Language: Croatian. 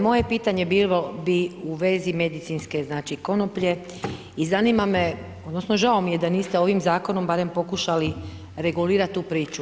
Moje pitanje bilo bi u vezi medicinske, znači, konoplje, i zanima me odnosno žao mi je da niste ovim Zakonom barem pokušali regulirati tu priču.